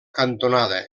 cantonada